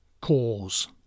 cause